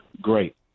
Great